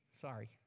sorry